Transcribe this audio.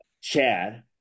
Chad